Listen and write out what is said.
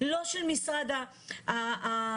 לא של משרד הבריאות,